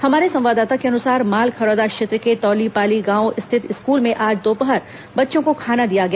हमारे संवाददाता के अनुसार मालखरौदा क्षेत्र के तौलीपाली गांव स्थित स्कूल में आज दोपहर बच्चों को खाना दिया गया